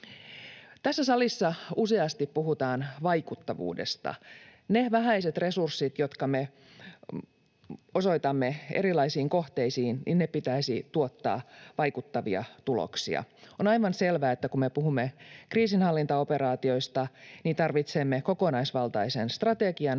Tässä salissa useasti puhutaan vaikuttavuudesta. Niiden vähäisten resurssien, jotka me osoitamme erilaisiin kohteisiin, pitäisi tuottaa vaikuttavia tuloksia. On aivan selvää, että kun me puhumme kriisinhallintaoperaatioista, niin tarvitsemme kokonaisvaltaisen strategian.